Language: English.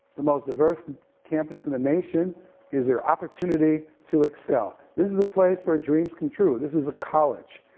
the most diverse campus in the nation is your opportunity to excel, this is a place where dreams come true, this is a college,